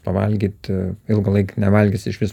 pavalgyti ilgą laik nevalgysi išvis